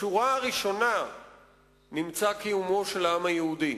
בשורה הראשונה נמצא קיומו של העם היהודי,